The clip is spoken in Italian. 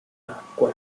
acque